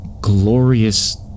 glorious